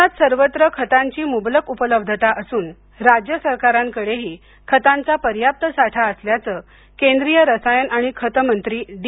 देशात सर्वत्र खतांची मुबलक उपलब्धता असून राज्य सरकारांकडेही खतांचा पर्याप्त साठा असल्याचं केंद्रीय रसायन आणि खत मंत्री डी